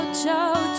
ciao